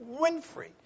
Winfrey